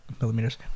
millimeters